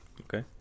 Okay